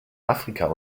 afrika